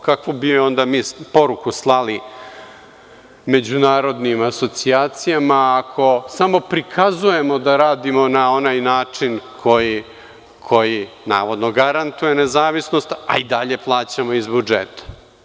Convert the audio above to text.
Kakvu bi onda poruku slali međunarodnim asocijacijama ako samo prikazujemo da radimo na onaj način na koji navodno garantujemo nezavisnost, a i dalje plaćamo iz budžeta?